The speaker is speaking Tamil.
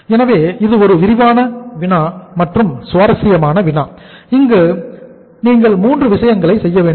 எனவே இது ஒரு விரிவான வினா மற்றும் சுவாரஸ்யமான வினா அங்கு நீங்கள் 3 விஷயங்களை செய்ய வேண்டும்